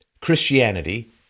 Christianity